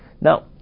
now